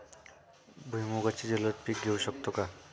भुईमुगाचे जलद पीक घेऊ शकतो का?